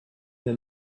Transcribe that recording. the